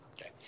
Okay